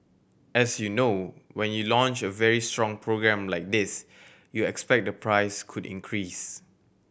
as you know when you launch a very strong program like this you expect the price could increase